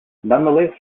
nonetheless